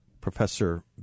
Professor